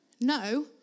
No